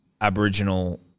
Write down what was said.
Aboriginal